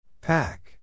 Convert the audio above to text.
Pack